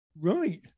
right